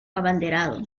abanderado